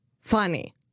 funny